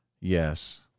Yes